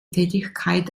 tätigkeit